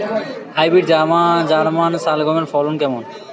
Hybrid German শালগম এর ফলন কেমন?